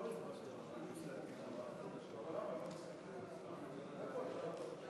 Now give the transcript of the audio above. חברי חברי הכנסת,